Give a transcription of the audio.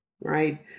right